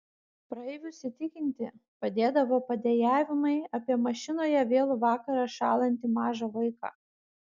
praeivius įtikinti padėdavo padejavimai apie mašinoje vėlų vakarą šąlantį mažą vaiką